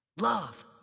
Love